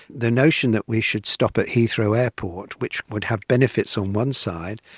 the notion that we should stop at heathrow airport, which would have benefits on one side,